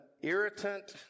irritant